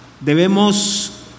Debemos